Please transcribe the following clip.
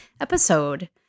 episode